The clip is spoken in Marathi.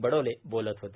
बडोले बोलत होते